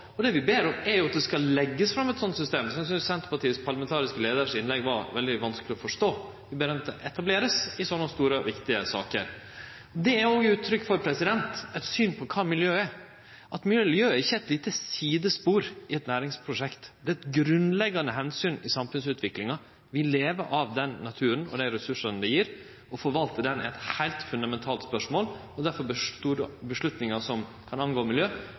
og det vi ber om, er at eit slikt system vert lagt fram. Så eg synest innlegget til Senterpartiets parlamentariske leiar var veldig vanskeleg å forstå. Vi ber om at det vert etablert i slike store og viktige saker. Det er også uttrykk for eit syn på kva miljø er, at miljø er ikkje eit lite sidespor i eit næringsprosjekt. Det er eit grunnleggjande omsyn i samfunnsutviklinga. Vi lever av naturen og dei ressursane den gjev, og å forvalte naturen er eit heilt fundamentalt spørsmål. Difor må vedtak som vedkjem miljø,